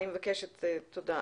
תודה.